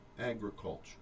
agriculture